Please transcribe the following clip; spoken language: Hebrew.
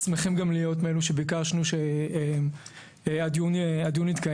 ושמחים גם להיות מאלו שביקשנו שהדיון יתקיים.